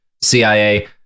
CIA